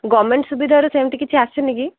government ସୁବିଧାରେ ସେମିତି କିଛି ଆସିନି କି